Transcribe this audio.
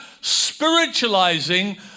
spiritualizing